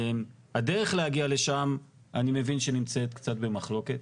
הדרך להגיע לשם, אני מבין, נמצאת קצת במחלוקת.